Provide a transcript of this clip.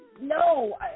no